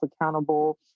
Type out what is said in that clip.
accountable